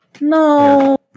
No